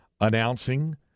announcing